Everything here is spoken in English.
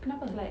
kenapa like